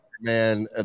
Man